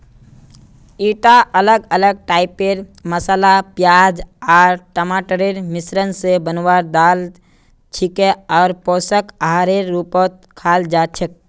ईटा अलग अलग टाइपेर मसाला प्याज आर टमाटरेर मिश्रण स बनवार दाल छिके आर पोषक आहारेर रूपत खाल जा छेक